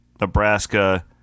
Nebraska